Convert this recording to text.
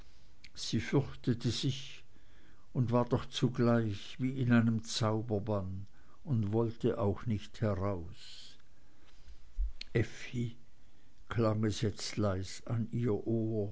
sie fürchtete sich und war doch zugleich wie in einem zauberbann und wollte auch nicht heraus effi klang es jetzt leise an ihr ohr